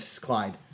Clyde